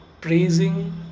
praising